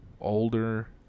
Older